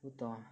不懂 lah